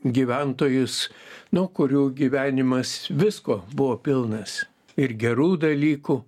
gyventojus nu kurių gyvenimas visko buvo pilnas ir gerų dalykų